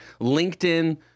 LinkedIn